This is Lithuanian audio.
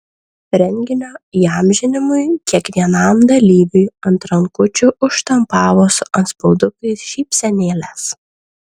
renginio įamžinimui kiekvienam dalyviui ant rankučių užštampavo su antspaudukais šypsenėles